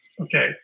okay